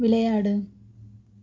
விளையாடு